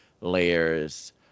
layers